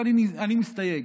אני מסתייג,